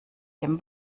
dem